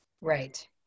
Right